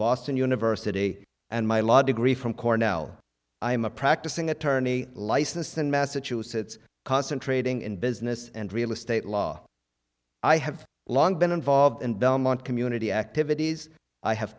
boston university and my law degree from cornell i am a practicing attorney licensed in massachusetts concentrating in business and real estate law i have long been involved in belmont community activities i have